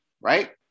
right